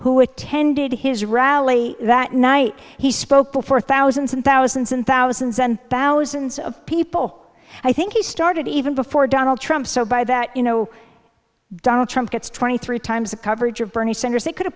who attended his rally that night he spoke before thousands and thousands and thousands and thousands of people i think he started even before donald trump so by that you know donald trump gets twenty three times the coverage of bernie sanders he could have